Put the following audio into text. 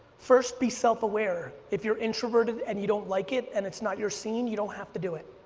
first be self aware. if you're introverted and you don't like it, and it's not your scene, you don't have to do it.